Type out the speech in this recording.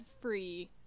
free